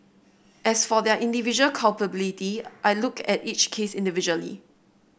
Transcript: as for their individual culpability I looked at each case individually